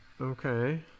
Okay